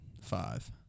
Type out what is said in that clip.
five